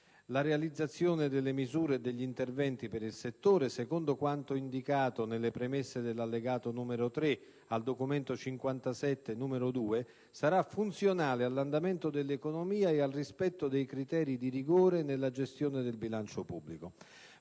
La realizzazione delle misure e degli interventi per il settore, secondo quanto indicato nelle premesse dell'Allegato n. 3 al Documento LVII, n. 2, sarà funzionale all'andamento dell'economia e al rispetto dei criteri di rigore nella gestione del bilancio pubblico.